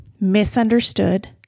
misunderstood